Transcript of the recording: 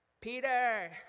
peter